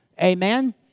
Amen